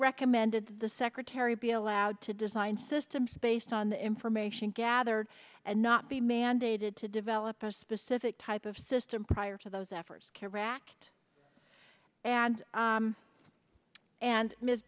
recommended the secretary be allowed to design systems based on the information gathered and not be mandated to develop a specific type of system prior to those efforts care act and and ms